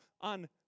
on